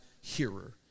hearer